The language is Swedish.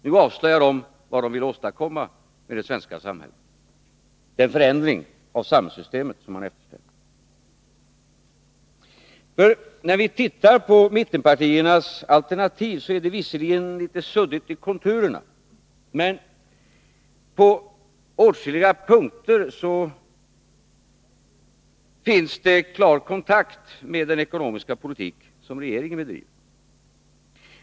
Nu avslöjar de vad de vill åstadkomma med det svenska samhället, den förändring av samhällssystemet som de eftersträvar. När vi tittar på mittenpartiernas alternativ, finner vi att det visserligen är litet suddigt i konturen, men på åtskilliga punkter finns det klar kontakt med den ekonomiska politik som regeringen vill bedriva.